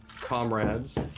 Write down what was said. comrades